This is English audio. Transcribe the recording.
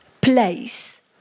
place